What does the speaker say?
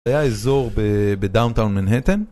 היה אזור בדאונטאון מנהטן